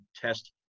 test